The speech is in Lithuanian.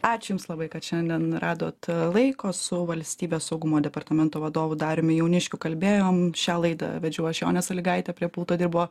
ačiū jums labai kad šiandien radot laiko su valstybės saugumo departamento vadovu dariumi jauniškiu kalbėjom šią laidą vedžiau aš jonė sąlygaitė prie pulto dirbo